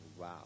Wow